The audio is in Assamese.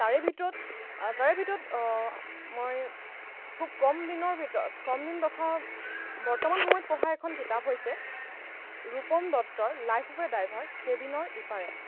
তাৰে ভিতৰত তাৰে ভিতৰত মই খুব কম দিনৰ ভিতৰত কম দিন তথা বৰ্তমান সময়ত পঢ়া এখন কিতাপ হৈছে ৰূপম দত্তৰ লাইফ্ অফ এ ড্ৰাইভাৰ কেবিনৰ ইপাৰে